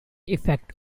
effect